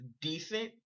decent